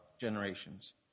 generations